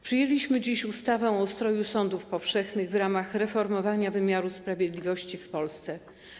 Przyjęliśmy dziś ustawę o ustroju sądów powszechnych w ramach reformowania wymiaru sprawiedliwości w Polsce.